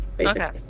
Okay